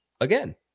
again